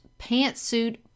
pantsuit